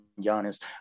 Giannis